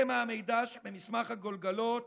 שמא המידע שבמסמך הגולגולות